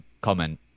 comment